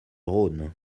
rhône